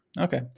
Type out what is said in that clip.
Okay